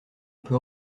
peut